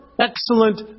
excellent